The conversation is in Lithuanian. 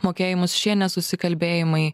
mokėjimus šie nesusikalbėjimai